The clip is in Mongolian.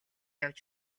явж